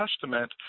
Testament